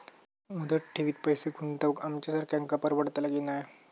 मुदत ठेवीत पैसे गुंतवक आमच्यासारख्यांका परवडतला की नाय?